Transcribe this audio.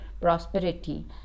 prosperity